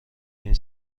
این